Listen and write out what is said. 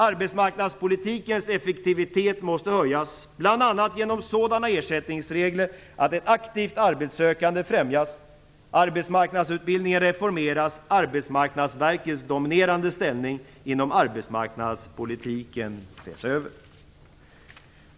Arbetsmarknadspolitikens effektivitet måste höjas, bl.a. genom sådana ersättningsregler att ett aktivt arbetssökande främjas. Arbetsmarknadsutbildningen reformeras. Arbetsmarknadsverkets dominerande ställning inom arbetsmarknadspolitiken ses över.